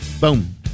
Boom